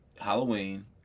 Halloween